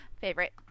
Favorite